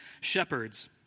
shepherds